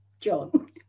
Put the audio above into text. John